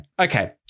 Okay